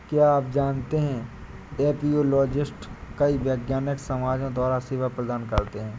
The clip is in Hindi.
क्या आप जानते है एपियोलॉजिस्ट कई वैज्ञानिक समाजों द्वारा सेवा प्रदान करते हैं?